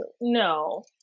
No